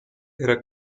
era